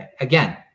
again